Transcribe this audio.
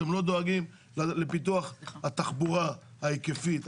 אתם לא דואגים לפיתוח התחבורה ההיקפית.